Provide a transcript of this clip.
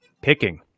picking